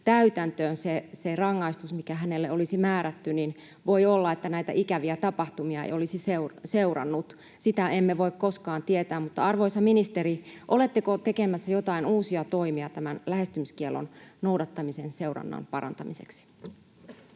täytäntöön se rangaistus, mikä hänelle oli määrätty, niin voi olla, että näitä ikäviä tapahtumia ei olisi seurannut. Sitä emme voi koskaan tietää, mutta arvoisa ministeri, oletteko tekemässä jotain uusia toimia lähestymiskiellon noudattamisen seurannan parantamiseksi?